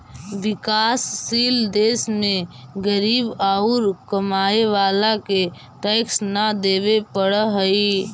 विकासशील देश में गरीब औउर कमाए वाला के टैक्स न देवे पडऽ हई